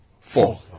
Four